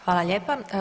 Hvala lijepa.